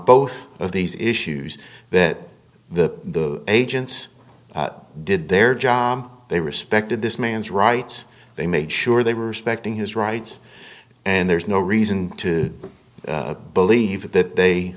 both of these issues that the agents did their job they respected this man's rights they made sure they were respected his rights and there's no reason to believe that they